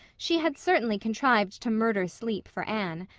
she had certainly contrived to murder sleep for anne.